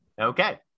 Okay